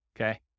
okay